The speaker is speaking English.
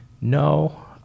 No